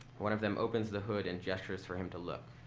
one of them opens the hood and gestures for him to look.